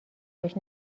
باش